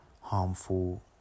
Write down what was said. harmful